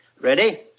Ready